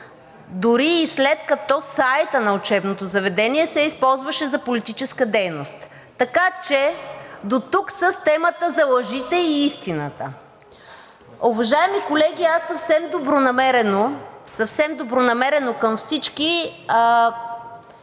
дори и след като сайта на учебното заведение се използваше за политическа дейност. Така че дотук с темата за лъжите и истината. Уважаеми колеги, аз съвсем добронамерено, съвсем